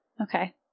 Okay